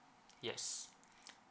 yes